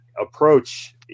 approach